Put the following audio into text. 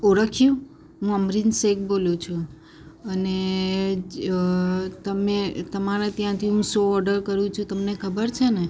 ઓળખ્યું હું અમરીન શેખ બોલું છું અને જે અ તમે તમારા ત્યાંથી હું શું ઓડર કરું છું તમને ખબર છે ને